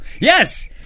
Yes